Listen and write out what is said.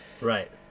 Right